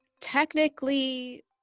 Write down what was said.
technically